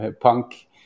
punk